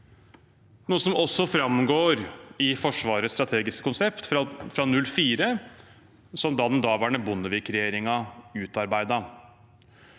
noe som også framgår i Forsvarets strategiske konsept fra 2004, som den daværende Bondevik-regjeringen utarbeidet.